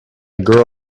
girl